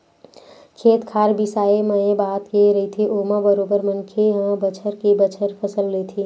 खेत खार बिसाए मए बात के रहिथे ओमा बरोबर मनखे ह बछर के बछर फसल लेथे